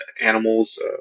Animals